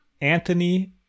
Anthony